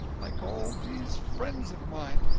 like all these friends of mine!